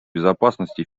безопасности